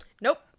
Nope